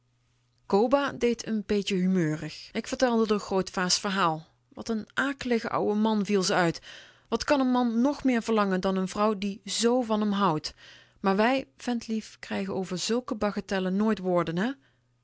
coba deed n beetje humeurig ik vertelde r grootva's verhaal wat n akelige ouwe man viel ze uit wat kan n man nog meer verlangen dan n vrouw die z van m hudt maar wij ventlief krijgen over zulke bagatellen nooit woorden hè